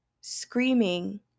screaming